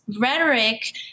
rhetoric